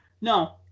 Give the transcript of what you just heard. No